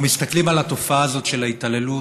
אנחנו מסתכלים על התופעה הזאת של ההתעללות